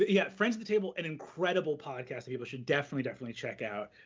yeah, friends at the table, an incredible podcast people should definitely, definitely check out.